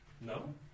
No